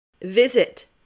Visit